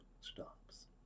stops